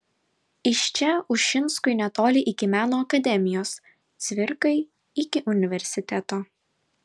iš čia ušinskui netoli iki meno akademijos cvirkai iki universiteto